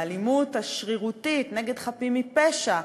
באלימות השרירותית נגד חפים מפשע,